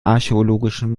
archäologischen